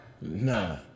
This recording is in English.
Nah